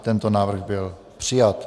Tento návrh byl přijat.